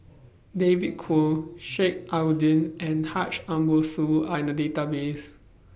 David Kwo Sheik Alau'ddin and Haji Ambo Sooloh Are in The Database